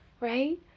right